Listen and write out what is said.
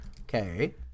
Okay